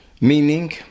Meaning